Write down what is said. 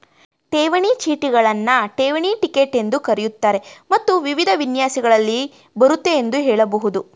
ಠೇವಣಿ ಚೀಟಿಗಳನ್ನ ಠೇವಣಿ ಟಿಕೆಟ್ ಎಂದೂ ಕರೆಯುತ್ತಾರೆ ಮತ್ತು ವಿವಿಧ ವಿನ್ಯಾಸಗಳಲ್ಲಿ ಬರುತ್ತೆ ಎಂದು ಹೇಳಬಹುದು